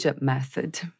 method